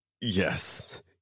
yes